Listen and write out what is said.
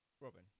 Robin